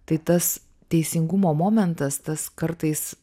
tai tas teisingumo momentas tas kartais